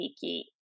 picky